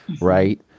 right